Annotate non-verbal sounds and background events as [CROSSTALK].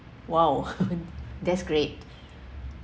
!wow! [LAUGHS] that's great